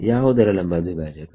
ಯಾವುದರ ಲಂಬ ದ್ವಿಭಾಜಕ